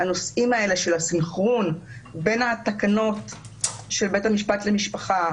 הנושאים האלה של הסנכרון בין התקנות של בית המשפט למשפחה